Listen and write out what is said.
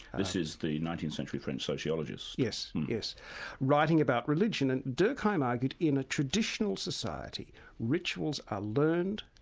this is the nineteenth century french sociologist? yes yes writing about religion and durkheim argued in a traditional society rituals are learned,